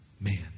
Man